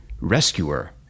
rescuer